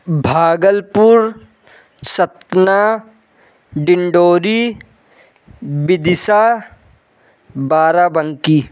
Bhagalpur Satna Dindori Vidisha Barabanki